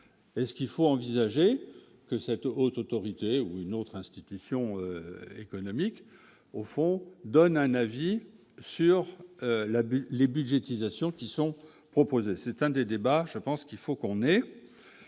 et ce qu'il faut envisager que cette haute autorité ou une autre institution économique, au fond, donne un avis sur la butte les budgétisation qui sont proposés, c'est un des débats, je pense qu'il faut qu'on est